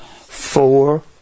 four